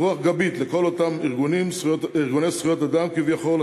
רוח גבית לכל אותם ארגוני זכויות אדם כביכול,